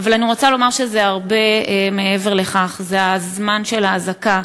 אבל אני רוצה לומר שזה הרבה מעבר לכך: זה הזמן של האזעקה,